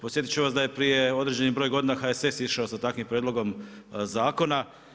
Podsjetiti ću vas da je prije određeni broj godina, HSS išao s takvim prijedlogom zakona.